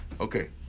Okay